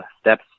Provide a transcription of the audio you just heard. steps